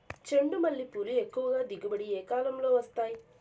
చెండుమల్లి పూలు ఎక్కువగా దిగుబడి ఏ కాలంలో వస్తాయి